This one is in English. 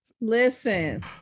listen